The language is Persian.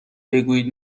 بگویید